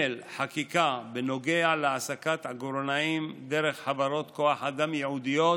חקיקה בנוגע להעסקת עגורנאים דרך חברות כוח אדם ייעודיות,